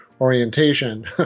orientation